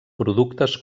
productes